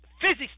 physics